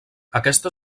aquesta